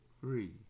three